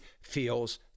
feels